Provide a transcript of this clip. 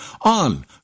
on